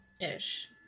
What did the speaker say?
ish